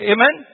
Amen